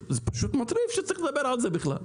זה פשוט מטריף שצריך לדבר על זה בכלל.